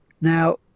Now